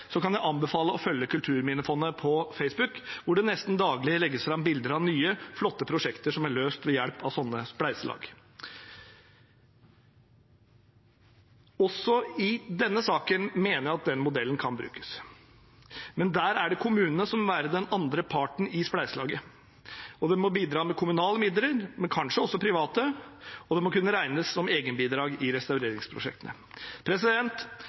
kan jeg anbefale å følge Kulturminnefondet på Facebook, hvor det nesten daglig legges fram bilder av nye, flotte prosjekter som er løst ved hjelp av sånne spleiselag. Også i denne saken mener jeg at den modellen kan brukes, men der er det kommunene som må være den andre parten i spleiselaget, og kommunale midler, men kanskje også private, må kunne regnes som egenbidrag i